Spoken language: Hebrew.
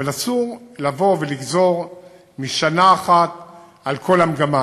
אבל אסור לגזור משנה אחת על כל המגמה.